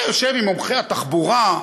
אתה יושב עם מומחי התחבורה,